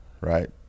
right